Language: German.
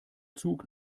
zug